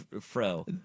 fro